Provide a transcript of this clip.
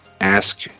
ask